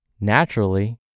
naturally